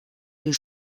les